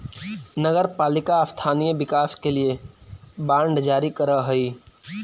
नगर पालिका स्थानीय विकास के लिए बांड जारी करऽ हई